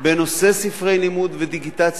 בנושא ספרי לימוד ודיגיטציה,